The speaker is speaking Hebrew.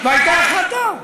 והייתה החלטה,